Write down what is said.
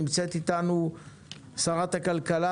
נמצאת אתנו שרת הכלכלה,